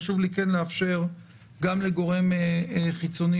חשוב לי לאפשר גם לגורם חיצוני,